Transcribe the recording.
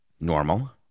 Normal